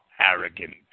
arrogant